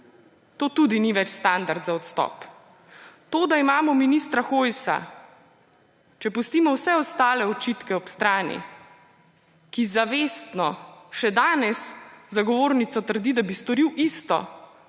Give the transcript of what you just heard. To tudi ni več standard za odstop. To, da imamo ministra Hojsa, če pustimo vse ostale očitke ob strani, ki zavestno še danes za govornico trdi, da bi storil isto,